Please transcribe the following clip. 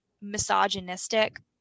misogynistic